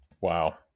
Wow